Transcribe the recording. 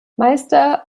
meister